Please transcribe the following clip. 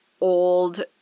old